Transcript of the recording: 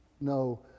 no